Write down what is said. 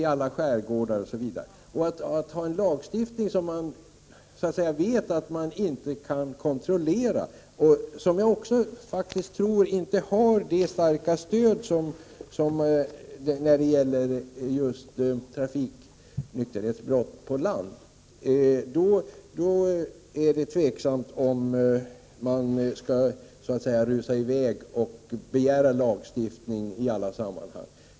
Jag tror inte att en sådan lagstiftning, som man vet inte går att kontrollera, har det starka stöd som lagen om just trafiknykterhetsbrott på land har. Det är därför tveksamt om man skall rusa i väg och begära lagstiftning i alla sammanhang.